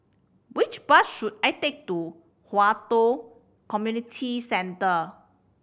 which bus should I take to Hwi Yoh Community Centre